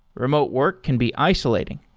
remote work can be isolating.